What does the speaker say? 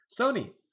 Sony